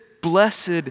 blessed